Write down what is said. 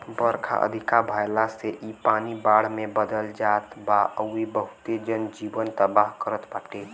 बरखा अधिका भयला से इ पानी बाढ़ में बदल जात बा अउरी बहुते जन जीवन तबाह करत बाटे